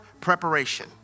preparation